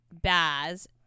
Baz